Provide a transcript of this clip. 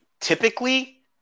typically